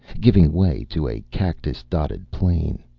giving way to a cactus-dotted plain.